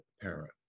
parent